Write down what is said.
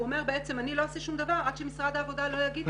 הוא אומר שהוא לא יעשה שום דבר עד שמשרד העבודה יגיד לו.